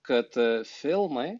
kad filmai